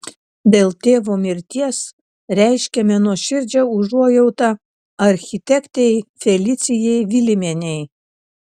dėl tėvo mirties reiškiame nuoširdžią užuojautą architektei felicijai vilimienei